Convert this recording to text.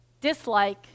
dislike